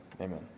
Amen